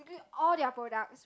so practically all their products